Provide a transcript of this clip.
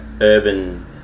urban